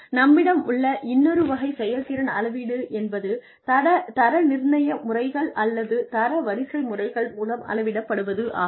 நம்மிடம் உள்ள இன்னொரு வகை செயல்திறன் அளவீடு என்பது தர நிர்ணய முறைகள் அல்லது தரவரிசை முறைகள் மூலம் அளவிடப்படுவது ஆகும்